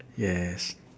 yes